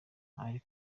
ari